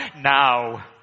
now